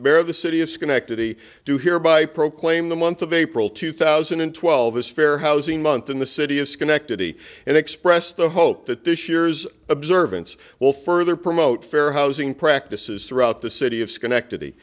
bear the city of schenectady do hereby proclaim the month of april two thousand and twelve this fair housing month in the city of schenectady and express the hope that this year's observance will further promote fair housing practices throughout the city of schenectady